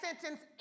sentence